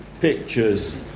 pictures